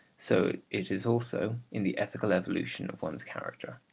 so it is also in the ethical evolution of one's character.